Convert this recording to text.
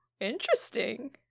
interesting